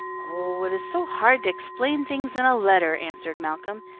oh, it is so hard to explain things in a letter, answered malcolm,